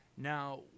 Now